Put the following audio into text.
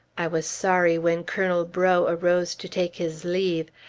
i was sorry when colonel breaux arose to take his leave.